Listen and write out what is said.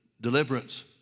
deliverance